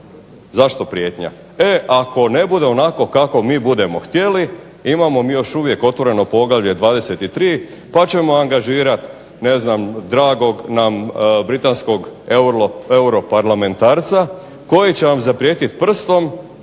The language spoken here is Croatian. Zašto prijetnja? E ako ne bude onako kako mi budemo htjeli, imamo mi još uvijek otvoreno poglavlje 23 pa ćemo angažirati dragog nam britanskog europarlementarca koji će vam zaprijetiti prstom.